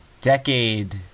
decade